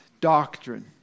doctrine